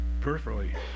peripherally